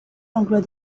langlois